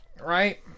right